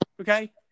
okay